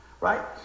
right